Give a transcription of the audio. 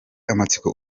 amatsiko